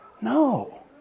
No